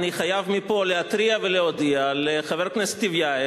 אני חייב מפה להתריע ולהודיע לחבר הכנסת טיבייב,